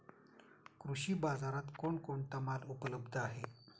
कृषी बाजारात कोण कोणता माल उपलब्ध आहे?